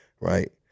Right